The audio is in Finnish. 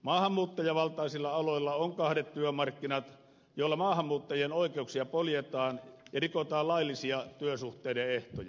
maahanmuuttajavaltaisilla aloilla on kahdet työmarkkinat joilla maahanmuuttajien oikeuksia poljetaan ja rikotaan laillisia työsuhteiden ehtoja